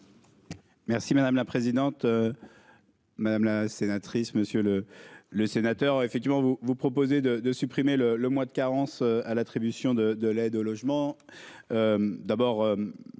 Merci madame la présidente, madame la sénatrice Monsieur le le sénateur effectivement vous vous proposez de de supprimer le le mois de carence à l'attribution de l'aide au logement d'abord